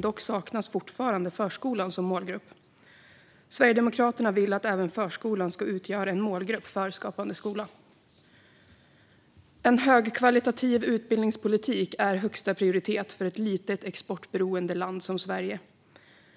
Dock saknas fortfarande förskolan som målgrupp. Sverigedemokraterna vill att även förskolan ska utgöra en målgrupp för Skapande skola. En högkvalitativ utbildningspolitik är högsta prioritet för ett litet, exportberoende land som Sverige.